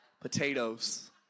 potatoes